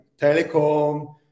telecom